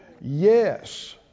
Yes